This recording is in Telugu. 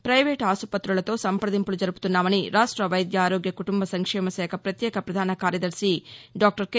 పైవేటు ఆసుపత్రులతో సంప్రదింపులు జరుపుతున్నామని రాష్ట వైద్య ఆరోగ్య కుటుంబ సంక్షేమ శాఖ పత్యేక పధాన కార్యదర్శి డాక్టర్ కె